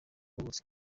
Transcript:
yavutse